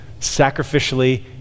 sacrificially